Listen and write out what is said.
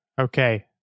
Okay